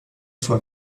sua